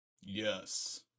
yes